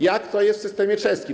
Jak to jest w systemie czeskim?